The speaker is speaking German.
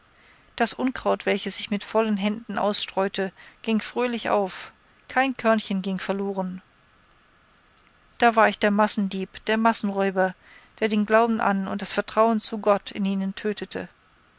das unkraut welches ich mit vollen händen ausstreute ging fröhlich auf kein körnchen ging verloren da war ich der massendieb der massenräuber der den glauben an und das vertrauen zu gott in ihnen tötete